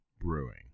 Brewing